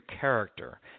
character